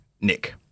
nick